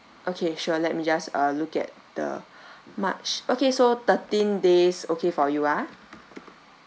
okay sure let me just uh look at the march okay so thirteen days okay for you ah